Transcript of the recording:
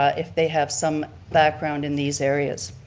ah if they have some background in these areas.